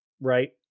right